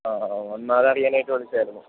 ആ ഒന്ന് അതറിയാനായിട്ട് വിളിച്ചതായിരുന്നു